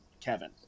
Kevin